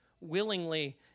willingly